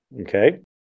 Okay